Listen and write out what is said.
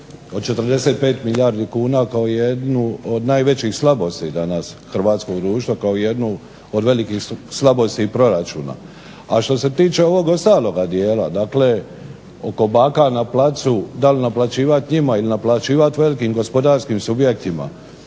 od 45 milijardi kuna kao jednu od najvećih slabosti danas hrvatskog društva, kao jednu od velikih slabosti proračuna. A što se tiče ovog ostaloga dijela, dakle oko baka na placu da li naplaćivati njima ili naplaćivati velikim gospodarskim subjektima.